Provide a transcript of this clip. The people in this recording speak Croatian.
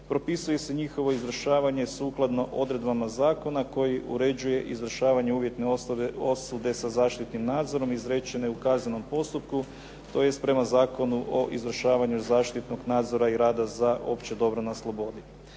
propisuje se njihovo izvršavanje sukladno odredbama zakona koji uređuje izvršavanje uvjetne osude sa zaštitnim nadzorom izrečene u kaznenom postupku, tj. prema Zakonu o izvršavanju zaštitnog nadzora i rada za opće dobro na slobodi.